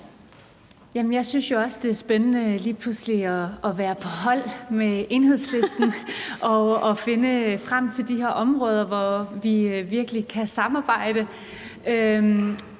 Jeg synes jo også, det er spændende lige pludselig at være på hold med Enhedslisten og finde frem til de her områder, hvor vi virkelig kan samarbejde.